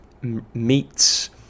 meats